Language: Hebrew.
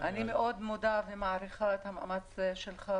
אני מאוד מודה ומעריכה את המאמץ שלך,